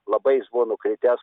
labai jis buvo nukritęs